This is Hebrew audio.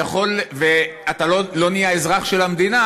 ולא נהיית לאזרח של המדינה,